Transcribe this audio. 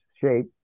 shape